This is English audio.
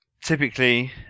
typically